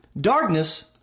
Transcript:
Darkness